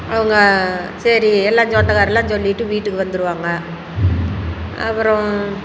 அவங்க சரி எல்லாம் சொந்தக்காருலாம் சொல்லிவிட்டு வீட்டுக்கு வந்துடுவாங்க அப்பறம்